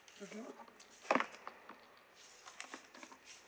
mmhmm